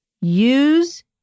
use